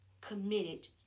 committed